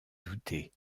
douter